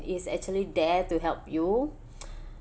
is actually there to help you